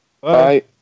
Bye